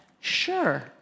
sure